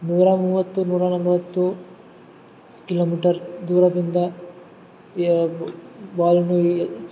ನೂರಾ ಮೂವತ್ತು ನೂರಾ ನಲ್ವತ್ತು ಕಿಲೋ ಮೀಟರ್ ದೂರದಿಂದ ಬಾಲ್ನು ಏ